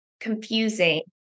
confusing